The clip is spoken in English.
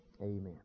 Amen